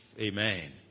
amen